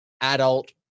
adult